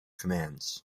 commands